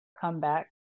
comeback